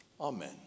Amen